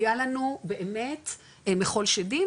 היה לנו באמת מחול שדים,